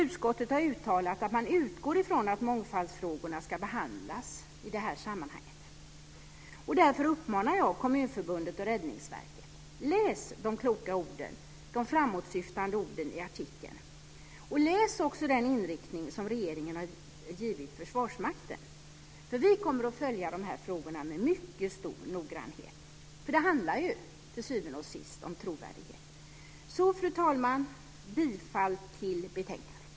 Utskottet har uttalat att man utgår från att mångfaldsfrågorna ska behandlas i det sammanhanget. Därför uppmanar jag Kommunförbundet och Räddningsverket: Läs de kloka och framåtsyftande orden i artikeln! Läs också den inriktning som regeringen har givit Försvarsmakten! Vi kommer att följa de här frågorna med mycket stor noggrannhet, för det handlar ju till syvende och sist om trovärdighet. Fru talman! Bifall till förslaget i betänkandet!